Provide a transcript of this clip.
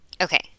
Okay